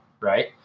right